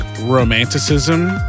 romanticism